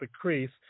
crease